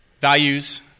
Values